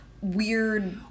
weird